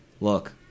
look